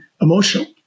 emotional